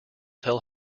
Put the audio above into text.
tell